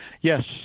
Yes